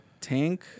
tank